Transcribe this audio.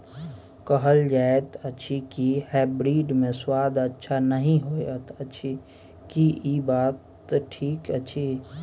कहल जायत अछि की हाइब्रिड मे स्वाद अच्छा नही होयत अछि, की इ बात ठीक अछि?